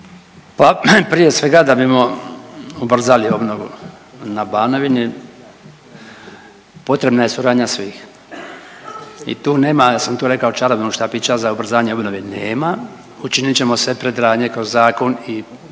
Pa prije svega, da bimo ubrzali obnovu na Banovini potrebna je suradnja svih i tu nema, sam to rekao čarobnog štapića za ubrzanje obnove nema, učinit ćemo sve predradnje kao zakon i program